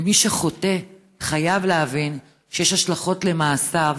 מי שחוטא חייב להבין שיש השלכות למעשיו